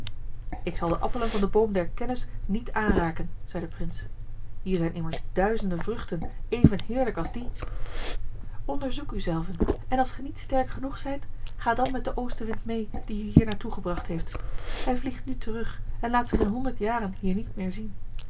ik zal de appelen van den boom der kennis niet aanraken zei de prins hier zijn immers duizenden vruchten even heerlijk als die onderzoek u zelven en als ge niet sterk genoeg zijt ga dan met den oostenwind mee die u hier haar toe gebracht heeft hij vliegt nu terug en laat zich in honderd jaren hier niet meer zien